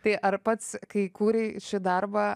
tai ar pats kai kūrei šį darbą